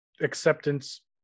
acceptance